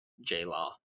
J-Law